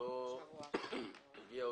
לא יספיק לי.